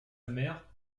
mère